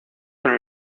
con